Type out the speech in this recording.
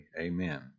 Amen